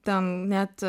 ten net